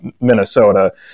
Minnesota